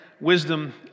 wisdom